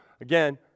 again